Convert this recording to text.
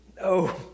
No